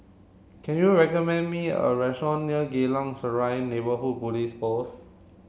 can you recommend me a restaurant near Geylang Serai Neighbourhood Police Post